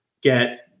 get